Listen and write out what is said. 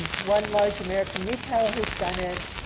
one large american retailer has done it.